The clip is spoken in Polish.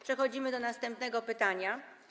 Przechodzimy do następnego pytania.